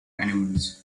animals